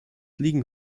liegen